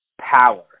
power